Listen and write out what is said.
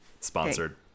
sponsored